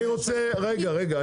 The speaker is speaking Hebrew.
רגע.